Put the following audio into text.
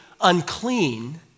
unclean